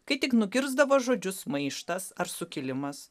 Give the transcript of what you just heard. kai tik nugirsdavo žodžius maištas ar sukilimas